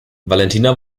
valentina